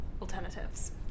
alternatives